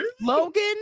Logan